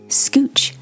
scooch